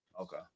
Okay